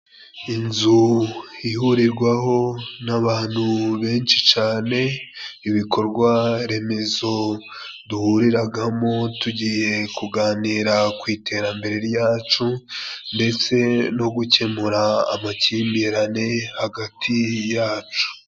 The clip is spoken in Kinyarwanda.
Inzu ihurirwaho n'abantu benshi cane ibikorwa remezo duhuriragamo tugiye kuganira ku iterambere ryacu ndetse no gukemura amakimbirane hagati yacu.